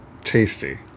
tasty